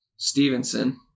Stevenson